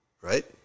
right